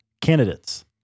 candidates